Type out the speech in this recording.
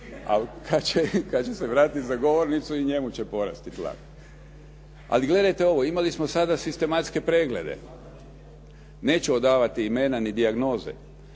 Ali kada će se vrati za govornicu i njemu će porasti tlak. Ali gledajte ovo, imali smo sada sistematske preglede. Neću odavati imena i dijagnoze.